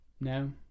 No